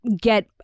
get